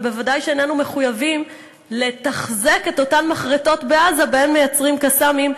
וודאי שאיננו מחויבים לתחזק את אותן מחרטות בעזה שבהן מייצרים "קסאמים",